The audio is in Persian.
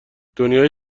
دنیای